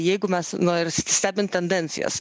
jeigu mes na ir stebim tendencijas